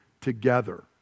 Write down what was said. together